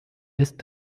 ist